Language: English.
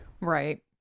Right